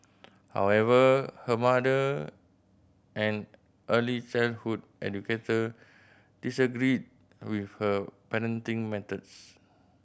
however her mother an early childhood educator disagreed with her parenting methods